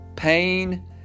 pain